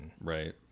Right